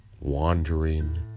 wandering